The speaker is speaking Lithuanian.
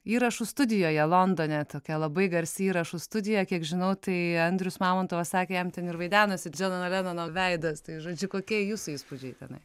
įrašų studijoje londone tokia labai garsi įrašų studija kiek žinau tai andrius mamontovas sakė jam ten ir vaidenosi džonono lenono veidas tai žodžiu kokie jūsų įspūdžiai tenai